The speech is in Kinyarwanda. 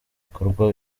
bikorwa